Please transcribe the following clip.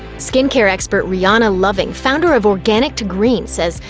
skincare expert rianna loving, founder of organic to green, says,